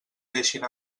deixin